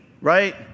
right